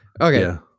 Okay